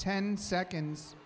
ten seconds